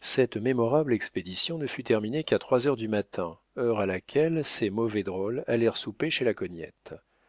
cette mémorable expédition ne fut terminée qu'à trois heures du matin heure à laquelle ces mauvais drôles allèrent souper chez la cognette